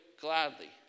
gladly